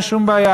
אין שום בעיה,